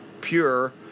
pure